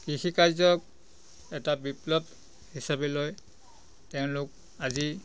কৃষিকাৰ্যক এটা বিপ্লৱ হিচাবে লৈ তেওঁলোক আজি